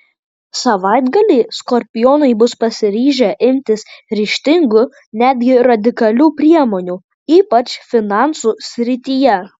savaitgalį skorpionai bus pasiryžę imtis ryžtingų netgi radikalių priemonių ypač finansų srityje